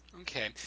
Okay